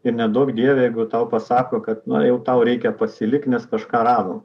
ir neduok dieve jeigu tau pasako kad na jau tau reikia pasilikt nes kažką radom